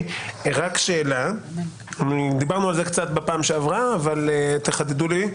דיברנו על זה קצת בפעם שעברה, אבל תחדדו לי: